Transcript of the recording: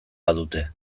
badute